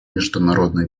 международный